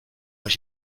was